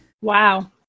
Wow